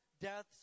deaths